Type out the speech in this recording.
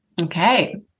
Okay